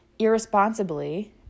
irresponsibly